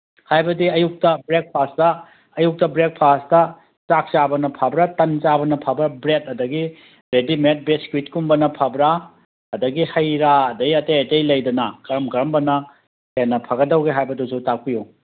ꯍꯥꯏꯕꯗꯤ ꯑꯌꯨꯛꯇ ꯕ꯭ꯔꯦꯛꯐꯥꯁꯇ ꯑꯌꯨꯛꯇ ꯕ꯭ꯔꯦꯛꯐꯥꯁꯇ ꯆꯥꯛ ꯆꯥꯕꯅ ꯐꯕ꯭ꯔꯥ ꯇꯟ ꯆꯥꯕꯅ ꯐꯕ꯭ꯔꯥ ꯕ꯭ꯔꯦꯠ ꯑꯗꯒꯤ ꯔꯦꯗꯤꯃꯦꯠ ꯕꯤꯁꯀꯨꯠꯀꯨꯝꯕꯅ ꯐꯕ꯭ꯔꯥ ꯑꯗꯒꯤ ꯍꯦꯔꯥ ꯑꯗꯩ ꯑꯇꯩ ꯑꯇꯩ ꯂꯩꯗꯅ ꯀꯔꯝ ꯀꯔꯝꯕꯅ ꯍꯦꯟꯅ ꯐꯒꯗꯧꯒꯦ ꯍꯥꯏꯕꯗꯨꯁꯨ ꯇꯥꯛꯄꯤꯌꯨ